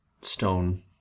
stone